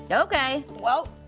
and okay. whoa.